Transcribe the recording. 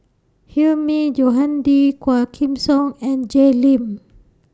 Hilmi Johandi Quah Kim Song and Jay Lim